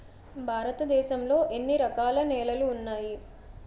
భారతదేశం లో ఎన్ని రకాల నేలలు ఉన్నాయి?